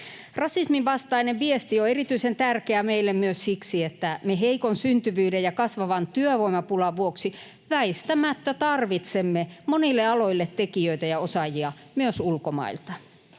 Rasismin vastainen viesti on erityisen tärkeä meille myös siksi, että me heikon syntyvyyden ja kasvavan työvoimapulan vuoksi väistämättä tarvitsemme monille aloille tekijöitä ja osaajia myös ulkomailta.